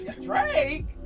Drake